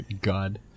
God